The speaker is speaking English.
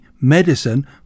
Medicine